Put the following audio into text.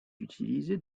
utilisé